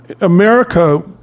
America